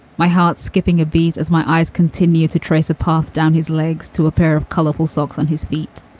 my heart skipping a beat as my eyes continue to trace a path down his legs to a pair of colorful socks on his feet.